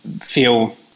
feel